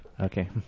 Okay